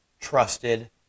trusted